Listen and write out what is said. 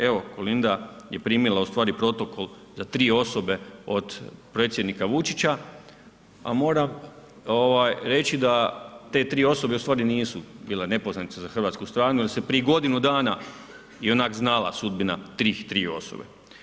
Evo, Kolinda je primila u stvari protokol za 3 osobe od predsjednika Vučića, a moram ovaj reći da te 3 osobe u stvari nisu bile nepoznanica za hrvatsku stranu jer se prije godinu dana i onako znala sudbina tih 3 osobe.